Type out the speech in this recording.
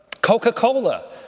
Coca-Cola